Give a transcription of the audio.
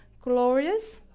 glorious